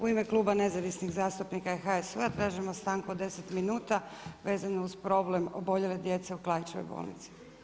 U ime kluba nezavisnih zastupnika i HSU-a tražimo stanku od 10 minuta vezano uz problem oboljele djece u Klaićevoj bolnici.